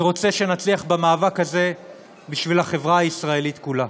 אני רוצה שנצליח במאבק הזה בשביל החברה הישראלית כולה.